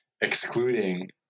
excluding